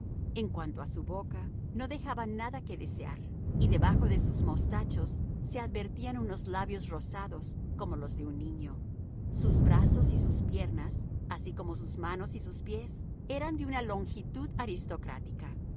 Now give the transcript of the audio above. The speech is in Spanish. en cuanto a su boca no dejaba nada que desear y debajo de sus mostachos se advertían unos labios rosados como los de un niño sus brazos y sus piernas así como sus manos y sus pies eran de una longitud aristocrática